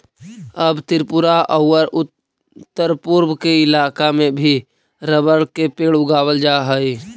अब त्रिपुरा औउर उत्तरपूर्व के इलाका में भी रबर के पेड़ उगावल जा हई